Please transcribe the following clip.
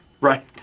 Right